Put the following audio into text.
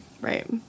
Right